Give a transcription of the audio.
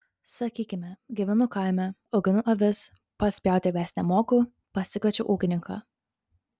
sakykime gyvenu kaime auginu avis pats pjauti avies nemoku pasikviečiu ūkininką